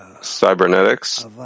cybernetics